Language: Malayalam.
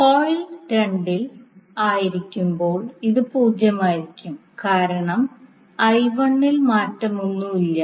കോയിൽ 2 ൽ ആയിരിക്കുമ്പോൾ ഇത് പൂജ്യമായിരിക്കും കാരണം I 1 ൽ മാറ്റമൊന്നുമില്ല